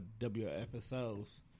WFSO's